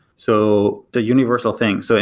so the universal things. so